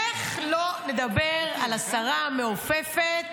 איך לא נדבר על השרה המעופפת,